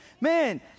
Man